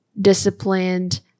disciplined